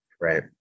right